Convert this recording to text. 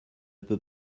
peut